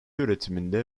üretiminde